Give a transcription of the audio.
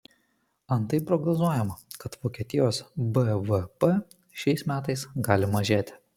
antai prognozuojama kad vokietijos bvp šiais metais gali mažėti